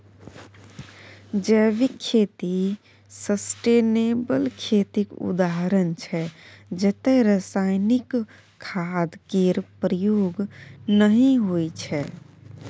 जैविक खेती सस्टेनेबल खेतीक उदाहरण छै जतय रासायनिक खाद केर प्रयोग नहि होइ छै